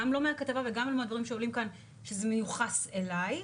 גם לא מהכתבה וגם לא מהדברים שעולים כאן שזה מיוחס אליי,